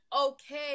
okay